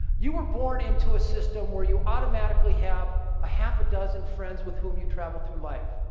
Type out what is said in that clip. you were born into a system where you automatically have a half a dozen friends with whom you travel through life.